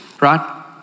right